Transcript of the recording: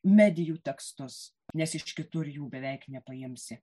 medijų tekstus nes iš kitur jų beveik nepaimsi